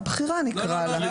הבכירה נקרא לה.